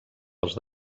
els